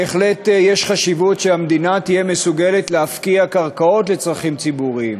בהחלט יש חשיבות שהמדינה תהיה מסוגלת להפקיע קרקעות לצרכים ציבוריים.